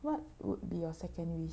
what would be your second wish